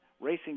racing